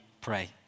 pray